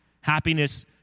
Happiness